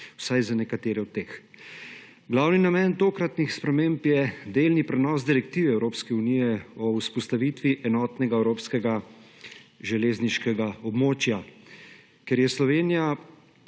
vsaj za nekatere od teh. Glavni namen tokratnih sprememb je delni prenos direktive Evropske unije o vzpostavitvi enotnega evropskega železniškega območja. Ker je Slovenija,